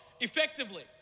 effectively